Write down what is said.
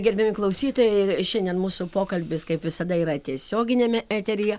gerbiami klausytojai šiandien mūsų pokalbis kaip visada yra tiesioginiame eteryje